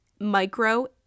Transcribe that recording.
Micro